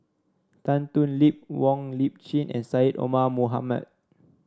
Tan Thoon Lip Wong Lip Chin and Syed Omar Mohamed